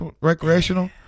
recreational